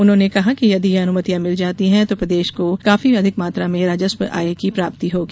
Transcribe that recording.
उन्होंने कहा कि यदि यह अनुमतियाँ मिल जाती हैं तो प्रदेश को काफी अधिक मात्रा में राजस्व आय की प्राप्ति होगी